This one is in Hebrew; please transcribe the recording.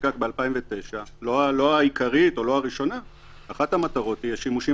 שנחקק ב-2009 לא העיקרית היא השימושים